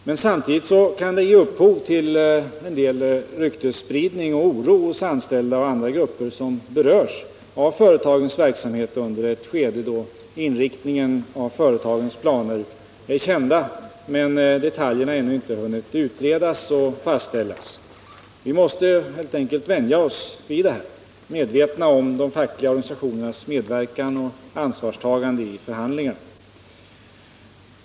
Men samtidigt kan det, i ett skede då inriktningen av företagens planer är kända men detaljerna ännu inte hunnit utredas och fastställas, ge upphov till en del ryktesspridning och oro hos anställda och andra grupper som berörs av företagens verksamhet. Vi måste helt enkelt vänja oss vid detta, medvetna om de fackliga organisationernas medverkan och ansvarstagande i förhandlingarna.